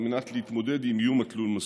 על מנת להתמודד עם האיום תלול-המסלול.